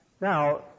Now